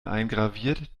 eingraviert